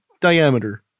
Diameter